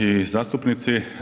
i zastupnici.